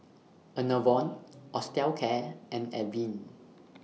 Enervon Osteocare and Avene